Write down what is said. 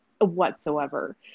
whatsoever